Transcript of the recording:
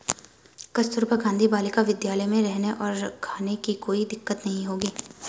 कस्तूरबा गांधी बालिका विद्यालय में रहने और खाने की कोई दिक्कत नहीं होगी